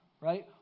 right